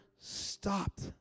stopped